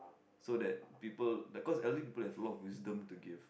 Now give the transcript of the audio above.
so that people like cause elderly people have a lot of wisdom to give